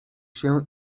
się